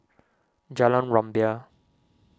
Jalan Rumbia